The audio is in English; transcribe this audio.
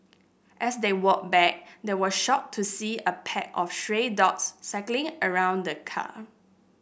as they walked back they were shocked to see a pack of stray dogs circling around the car